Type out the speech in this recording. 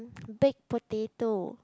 baked potato